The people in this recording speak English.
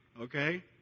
Okay